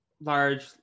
large